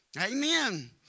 Amen